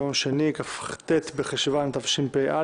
היום יום שני, כ"ט בחשון תשפ"א,